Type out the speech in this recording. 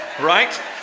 right